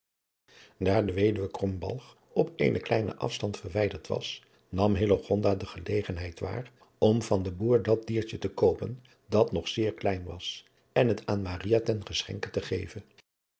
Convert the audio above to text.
daar de wed krombalg op eenen kleinen afstand verwijderd was nam hillegonda de gelegenheid waar om van den boer dat diertje te koppen dat nog zeer klein was en het aan maria ten geschenke te geven